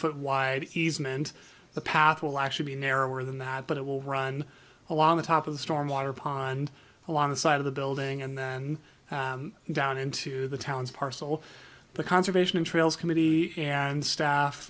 foot wide easement the path will actually be narrower than that but it will run along the top of the stormwater pond a lot of side of the building and then down into the towns parcel the conservation trails committee and staff